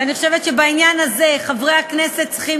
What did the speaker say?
ואני חושבת שבעניין הזה חברי הכנסת צריכים